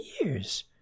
years